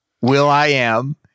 Will.i.am